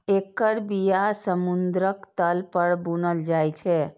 एकर बिया समुद्रक तल पर बुनल जाइ छै